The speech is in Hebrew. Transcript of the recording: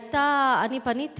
אני פניתי